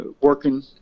working